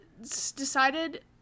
decided